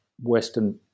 Western